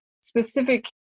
specific